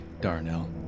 Darnell